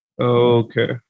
Okay